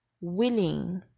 willing